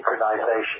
synchronization